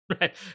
Right